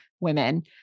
women